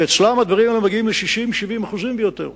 אצלם הדברים האלה מגיעים ל-60% 70% ויותר.